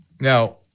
Now